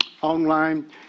online